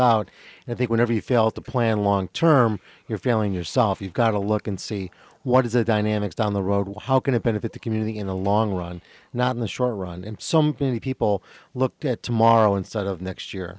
out and i think whenever you fail to plan a long term you're failing yourself you've got to look and see what is the dynamics down the road what how can it benefit the community in the long run not in the short run in some people looked at tomorrow instead of next year